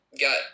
got